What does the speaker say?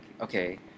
okay